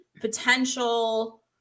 potential